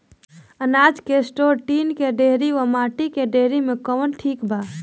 अनाज के store tin के डेहरी व माटी के डेहरी मे कवन ठीक बा?